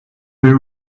they